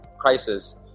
crisis